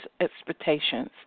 expectations